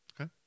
Okay